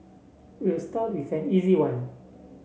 we'll start with an easy one